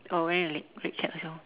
oh wearing a red red cap also